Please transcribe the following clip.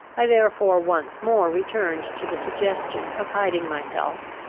i therefore once more returned to the suggestion of hiding myself,